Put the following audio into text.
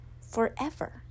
forever